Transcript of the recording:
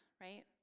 right